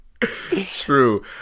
True